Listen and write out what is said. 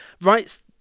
writes